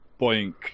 boink